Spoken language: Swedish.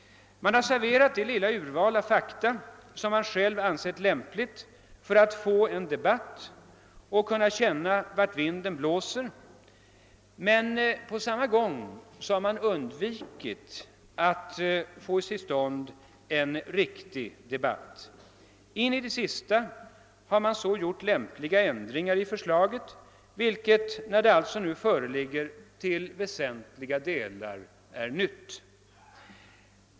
Man har serverat det lilla urval av fakta som man själv har ansett lämpligt för att få en debatt och för att kunna känna vart vinden blåser. På samma gång har man undvikit att få till stånd en riktig debatt. In i det sista har man så gjort lämpliga ändringar i förslaget, vilket när det alltså nu föreligger till väsentliga delar är nytt.